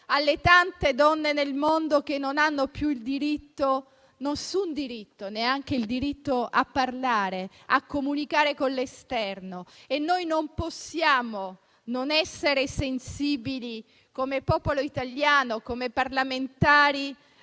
alle tante donne nel mondo che non hanno più alcun diritto, neanche quello di parlare e di comunicare con l'esterno. Non possiamo non essere sensibili, come popolo italiano e come parlamentari,